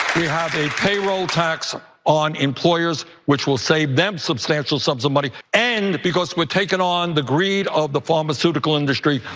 we have a payroll tax on employers, which will save them substantial sums of money. and because we've taken on the greed of the pharmaceutical industry,